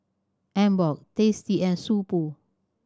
Emborg Tasty and So Pho